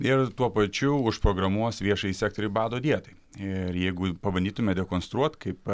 ir tuo pačiu užprogramuos viešąjį sektorių bado dietai ir jeigu pabandytume dekonstruot kaip